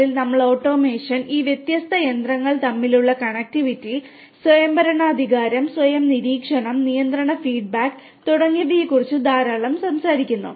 0 ൽ നമ്മൾ ഓട്ടോമേഷൻ ഈ വ്യത്യസ്ത യന്ത്രങ്ങൾ തമ്മിലുള്ള കണക്റ്റിവിറ്റി സ്വയംഭരണാധികാരം സ്വയം നിരീക്ഷണം നിയന്ത്രണ ഫീഡ്ബാക്ക് തുടങ്ങിയവയെക്കുറിച്ച് ധാരാളം സംസാരിക്കുന്നു